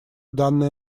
данное